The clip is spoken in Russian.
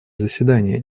заседания